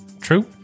True